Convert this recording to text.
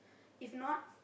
if not